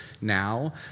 now